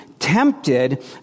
tempted